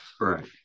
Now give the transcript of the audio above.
right